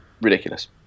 ridiculous